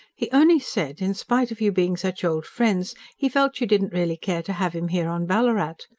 he only said, in spite of you being such old friends he felt you didn't really care to have him here on ballarat.